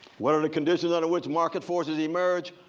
what are the conditions under which market forces emerge?